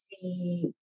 see